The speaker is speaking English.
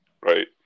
right